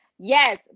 Yes